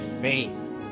faith